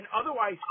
otherwise